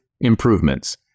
improvements